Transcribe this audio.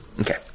Okay